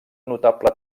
notable